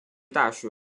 大学